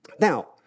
Now